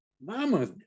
Mama